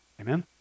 Amen